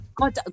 God